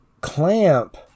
Clamp